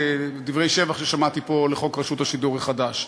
לדברי השבח ששמעתי פה לחוק רשות השידור החדש.